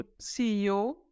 CEO